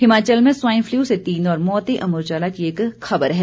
हिमाचल में swine flu से तीन और मौतें अमर उजाला की एक खबर है